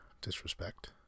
disrespect